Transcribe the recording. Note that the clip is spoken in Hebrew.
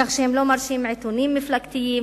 כך שהם לא מרשים עיתונים מפלגתיים,